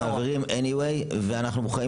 100 מיליון ₪ הם מעבירים בכל מקרה ואנחנו מוכנים